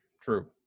true